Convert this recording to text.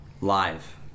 Live